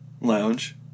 Lounge